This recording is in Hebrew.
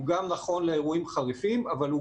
הוא גם נכון לאירועים חריפים אבל הוא